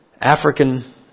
African